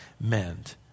meant